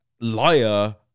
liar